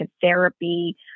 therapy